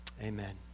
Amen